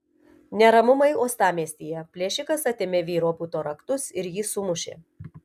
neramumai uostamiestyje plėšikas atėmė vyro buto raktus ir jį sumušė